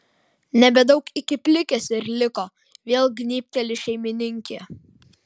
nebedaug iki plikės ir liko vėl gnybteli šeimininkė